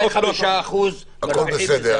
להסיע עובדים זה דבר מאוד בסיסי ואלמנטרי ולכן,